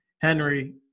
Henry